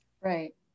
Right